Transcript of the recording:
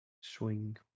Swing